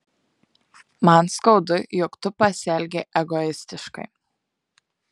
man skaudu jog tu pasielgei egoistiškai